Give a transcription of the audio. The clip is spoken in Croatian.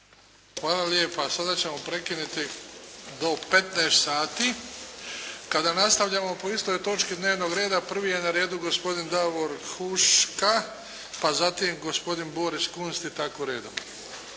Hvala lijepa. Sada ćemo prekinuti do 15,00 sati kada nastavljamo po istoj točki dnevnog reda. Prvi je na redu gospodin Davor Huška, pa zatim gospodin Boris Kunst i tako redom.